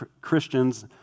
Christians